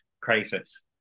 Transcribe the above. crisis